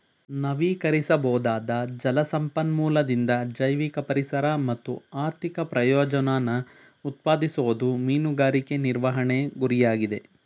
ನವೀಕರಿಸಬೊದಾದ ಜಲ ಸಂಪನ್ಮೂಲದಿಂದ ಜೈವಿಕ ಪರಿಸರ ಮತ್ತು ಆರ್ಥಿಕ ಪ್ರಯೋಜನನ ಉತ್ಪಾದಿಸೋದು ಮೀನುಗಾರಿಕೆ ನಿರ್ವಹಣೆ ಗುರಿಯಾಗಿದೆ